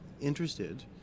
interested